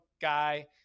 guy